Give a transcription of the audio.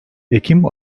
ekim